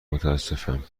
متاسفم